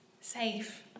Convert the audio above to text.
safe